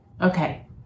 Okay